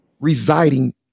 residing